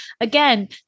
again